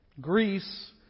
Greece